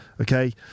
Okay